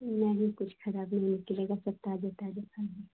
नहीं कुछ खराबी निकलेगा सब ताज़ा ताज़ा फल हैं